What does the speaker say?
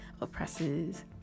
oppresses